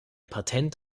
patent